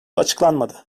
açıklanmadı